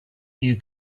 you